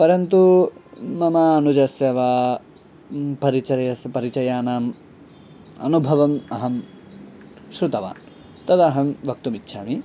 परन्तु मम अनुजस्य वा परिचर्यस् परिचयानाम् अनुभवम् अहं श्रुतवान् तदहं वक्तुमिच्छामि